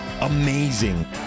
Amazing